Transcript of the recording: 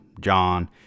John